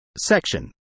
Section